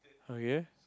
okay